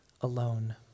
alone